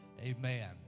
Amen